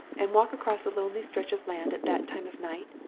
and walk across a lonely stretch of land at that time of night,